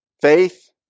Faith